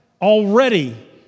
already